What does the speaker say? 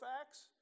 facts